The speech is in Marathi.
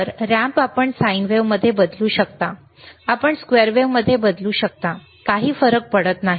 तर रॅम्प आपण साइन वेव्हमध्ये बदलू शकता आपण स्क्वेअर वेव्ह बदलू शकता काही फरक पडत नाही